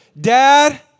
Dad